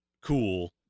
cool